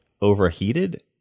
overheated